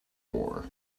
war